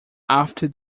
after